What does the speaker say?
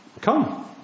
Come